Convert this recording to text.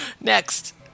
Next